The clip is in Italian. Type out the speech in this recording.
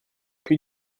più